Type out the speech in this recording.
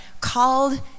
called